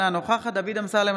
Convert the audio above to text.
אינה נוכחת דוד אמסלם,